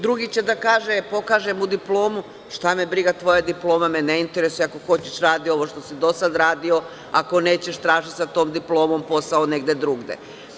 Drugi će da kaže, kad mu ovaj pokaže diplomu - šta me briga, tvoja diploma me ne interesuje, ako hoćeš radi ovo što si do sada radio, ako nećeš traži sa tom diplomom posao negde drugde.